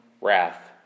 wrath